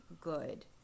good